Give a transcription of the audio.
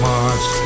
March